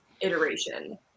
iteration